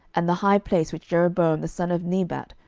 and the high place which jeroboam the son of nebat,